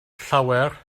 llawer